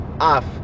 off